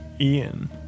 Ian